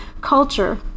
culture